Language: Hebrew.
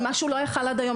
מה שהוא לא יכול היה עד היום,